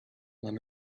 mam